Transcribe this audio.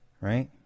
right